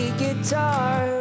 guitar